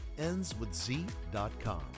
endswithz.com